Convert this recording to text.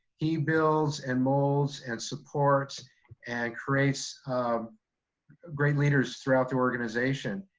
he builds and molds and supports and creates um great leaders throughout the organization.